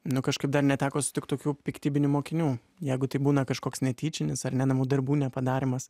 nu kažkaip dar neteko sutikt tokių piktybinių mokinių jeigu tai būna kažkoks netyčinis ar ne namų darbų nepadarymas